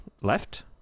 Left